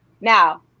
Now